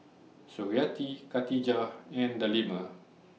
Suriawati Katijah and Delima